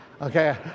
okay